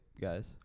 guys